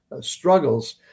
struggles